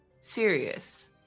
serious